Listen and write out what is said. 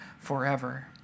forever